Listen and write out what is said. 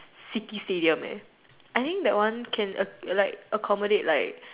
city stadium eh I think that one can err like accommodate like